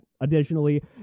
additionally